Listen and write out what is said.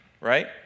right